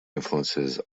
influences